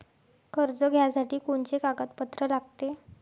कर्ज घ्यासाठी कोनचे कागदपत्र लागते?